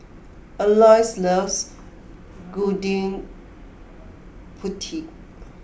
Aloys loves Gudeg Putih